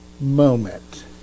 moment